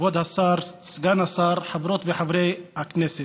כבוד סגן השר, חברות וחברי הכנסת,